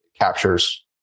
captures